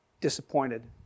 disappointed